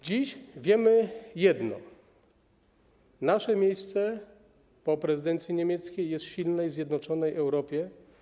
Dziś wiemy jedno: nasze miejsce po prezydencji niemieckiej jest w silnej i zjednoczonej Europie.